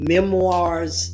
Memoirs